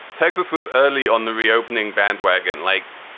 texas was early on the reopening bandwagon. like,